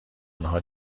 انها